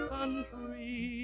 Country